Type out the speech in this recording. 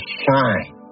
shine